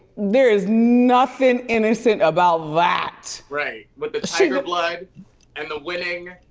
there is nothing innocent about that. right, with the so tiger blood and the women.